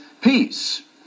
peace